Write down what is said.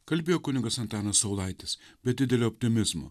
kalbėjo kunigas antanas saulaitis be didelio optimizmo